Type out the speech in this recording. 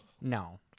No